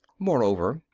moreover,